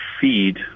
feed